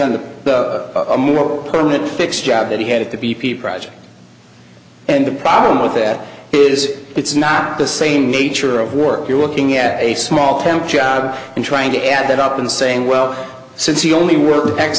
on the more permanent fix job that he had at the b p project and the problem with that is it's not the same nature of work you're looking at a small temp job in trying to add that up and saying well since you only wor